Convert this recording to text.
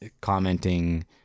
commenting